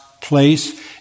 place